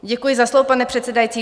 Děkuji za slovo, pane předsedající.